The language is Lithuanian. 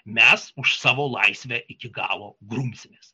mes už savo laisvę iki galo grumsimės